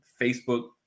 Facebook